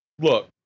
look